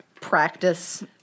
practice